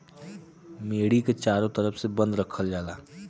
मेड़ी के चारों तरफ से बंद रखल जाला